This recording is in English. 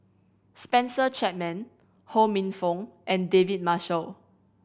Spencer Chapman Ho Minfong and David Marshall